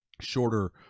shorter